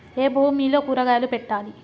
ఏ భూమిలో కూరగాయలు పెట్టాలి?